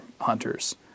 hunters